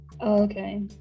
Okay